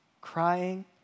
crying